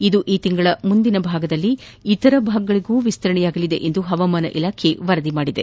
ಇದು ಈ ತಿಂಗಳ ಮುಂದಿನ ಭಾಗದಲ್ಲಿ ಇತರ ಭಾಗಗಳಗೂ ವಿಸ್ತರಣೆಯಾಗಲಿದೆ ಎಂದು ಹವಾಮಾನ ಇಲಾಖೆ ವರದಿ ಮಾಡಿದೆ